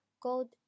gold